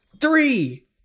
three